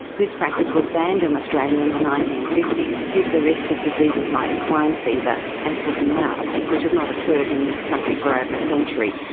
this practice was banned in australia in the nineteen fifty s due to the risk of diseases like swine fever and foot and mouth, which has not occurred in this country for over a century.